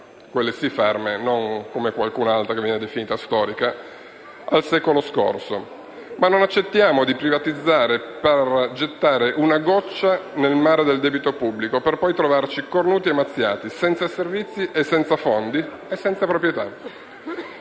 quelle sì ferme (non come qualcun'altra, che viene definita storica) al secolo scorso, ma non accettiamo di privatizzare per gettare una goccia nel mare del debito pubblico, per poi trovarci "cornuti e mazziati" senza servizi, senza fondi e senza proprietà.